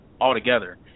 altogether